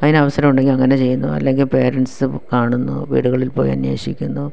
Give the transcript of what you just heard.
അതിനവസരം ഉണ്ടെങ്കില് അങ്ങനെ ചെയ്യുന്നു അല്ലെങ്കിൽ പേരന്റ്സും കാണുന്നു വീടുകളില് പോയി അന്വേഷിക്കുന്നു